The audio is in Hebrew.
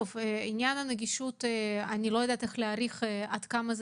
לגבי הנגישות אני לא יודעת להעריך ועד כמה זה